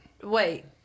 Wait